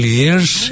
years